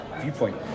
viewpoint